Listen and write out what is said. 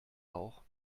auch